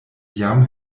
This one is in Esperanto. jam